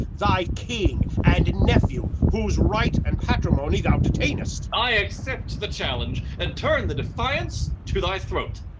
thy king and nephew, whose right and patrimony thou detainest. i accept the challenge, and turn the defiance to thy throat.